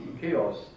chaos